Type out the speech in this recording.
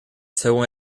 según